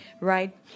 right